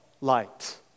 light